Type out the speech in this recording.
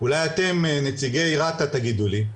אולי אתם נציגי רת"א תגידו לי,